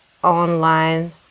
Online